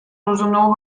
rozumnou